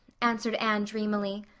answered anne dreamily.